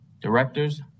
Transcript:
Directors